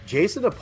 Jason